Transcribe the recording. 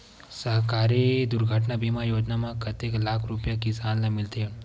सहकारी दुर्घटना बीमा योजना म कतेक लाख रुपिया किसान ल मिलथे?